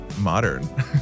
Modern